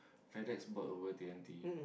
Fedex bought over t_n_t